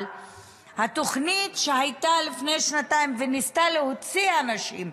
אבל התוכנית שהייתה לפני שנתיים וניסתה להוציא אנשים,